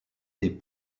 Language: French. des